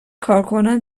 کارکنان